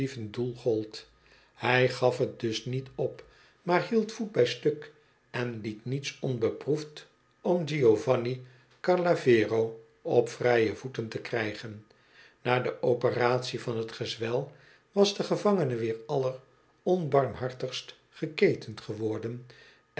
gold hij gaf t dus niet op maar hield voet bij stuk en liet niets onbeproefd om giovanni carlavero op vrije voeten te krijgen na de operatie van t gezwel was de gevangene weer alleronbarmliartigst geketend geworden